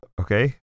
Okay